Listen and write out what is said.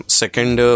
second